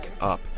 Up